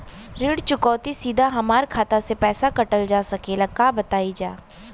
ऋण चुकौती सीधा हमार खाता से पैसा कटल जा सकेला का बताई जा?